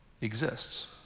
exists